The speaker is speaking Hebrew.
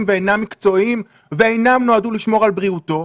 ואינם מקצועיים ולא נועדו לשמור על בריאותו,